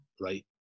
right